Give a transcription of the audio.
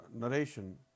narration